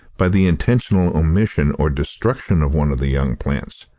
by the intentional omission or destruction of one of the young plants.